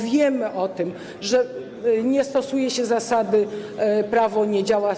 Wiemy o tym, że nie stosuje się zasady: prawo nie działa wstecz.